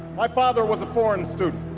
my father was a foreign student,